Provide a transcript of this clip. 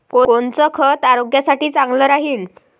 कोनचं खत आरोग्यासाठी चांगलं राहीन?